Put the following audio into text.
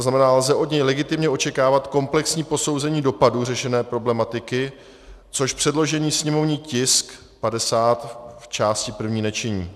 To znamená, lze od něj legitimně očekávat komplexní posouzení dopadů řešené problematiky, což předložený sněmovní tisk 50 v části první nečiní.